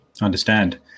understand